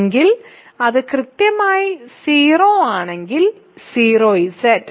എങ്കിൽ അത് കൃത്യമായി 0 ആണെങ്കിൽ 0Z